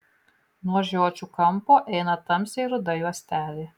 nuo žiočių kampo eina tamsiai ruda juostelė